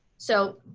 so,